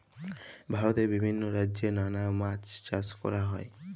ভারতে বিভিল্য রাজ্যে লালা মাছ চাষ ক্যরা হ্যয়